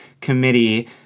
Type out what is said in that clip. committee